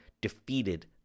defeated